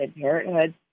parenthood